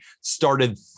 started